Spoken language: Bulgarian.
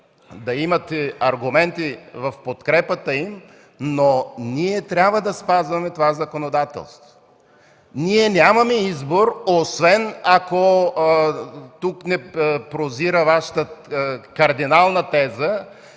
да имате аргументи в подкрепата им, но ние трябва да спазваме това законодателство. Ние нямаме избор, освен ако тук не прозира Вашата кардинална теза,